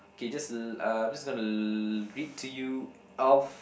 okay just l~ uh I'm just gonna to read to you Alph~